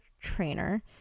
trainer